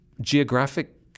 Geographic